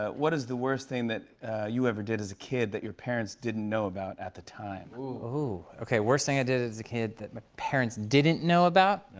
ah what is the worst thing that you ever did as a kid that your parents didn't know about at the time. ooh. okay, worst thing i did as a kid that my parents didn't know about?